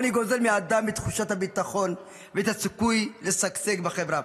עוני גוזל מהאדם את תחושת הביטחון ואת הסיכוי לשגשג בחברה.